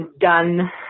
done